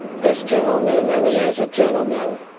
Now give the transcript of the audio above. this gentleman and he is a gentleman,